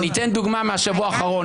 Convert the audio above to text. אני אתן דוגמה מהשבוע האחרון,